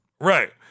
Right